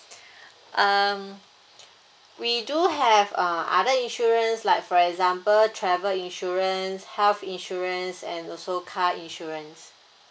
um we do have uh other insurance like for example travel insurance health insurance and also car insurance